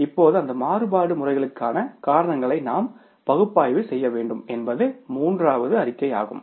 எனவே இப்போது அந்த மாறுபாடு முறைகளுக்கான காரணங்களை நாம் பகுப்பாய்வு செய்ய வேண்டும் என்பது மூன்றாவது அறிக்கையாகும்